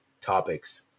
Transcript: topics